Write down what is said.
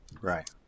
Right